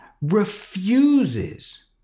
refuses